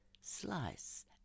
slice